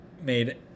made